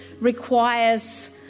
requires